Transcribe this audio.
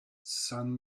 sun